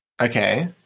Okay